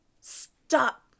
Stop